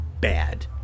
bad